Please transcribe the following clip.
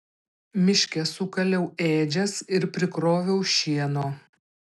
miške sukaliau ėdžias ir prikroviau šieno